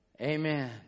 Amen